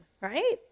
right